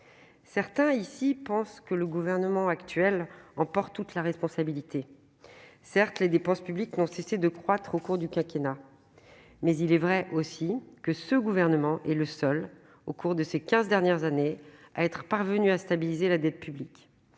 Certains, ici, pensent que le Gouvernement actuel en porte toute la responsabilité. Certes, les dépenses publiques n'ont cessé de croître au cours du quinquennat, mais il est également vrai que ce gouvernement est le seul à être parvenu, au cours des quinze dernières années, à stabiliser la dette publique.